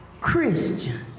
Christian